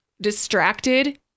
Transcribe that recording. distracted